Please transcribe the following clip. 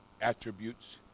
attributes